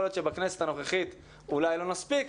יכול להיות שבכנסת הנוכחית אולי לא נספיק,